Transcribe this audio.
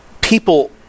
People